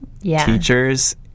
teachers